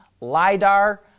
LIDAR